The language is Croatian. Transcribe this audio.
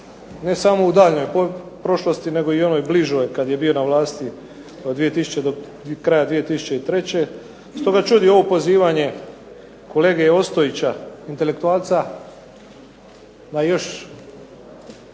ne samo u daljnjoj prošlosti nego i onoj bližoj kada je bio na vlasti od 2000. do kraja 2003. stoga čudi i ovo pozivanje kolege Ostojića, intelektualca na još